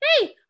Hey